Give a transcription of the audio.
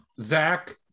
zach